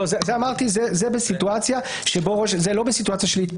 זה לא בסיטואציה של התפטרות,